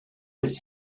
his